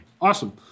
Awesome